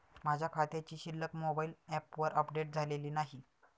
माझ्या खात्याची शिल्लक मोबाइल ॲपवर अपडेट झालेली नाही